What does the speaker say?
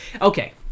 Okay